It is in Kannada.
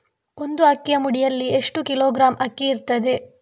ಒಂದು ಅಕ್ಕಿಯ ಮುಡಿಯಲ್ಲಿ ಎಷ್ಟು ಕಿಲೋಗ್ರಾಂ ಅಕ್ಕಿ ಇರ್ತದೆ?